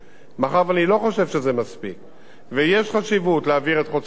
ויש חשיבות להעביר את חוצה-ישראל דרומה ולחבר את הנגב